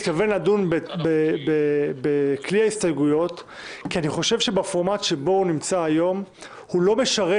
אני מתכוון לדון בכלי ההסתייגויות כי הפורמט שלו היום לא משרת